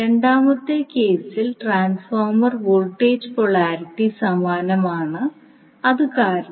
രണ്ടാമത്തെ കേസിൽ transformer voltage polarity സമാനമാണ് അതു കാരണം